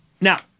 now